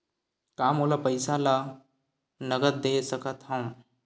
का मोला पईसा ला नगद दे सकत हव?